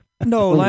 No